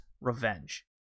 revenge